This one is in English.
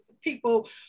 people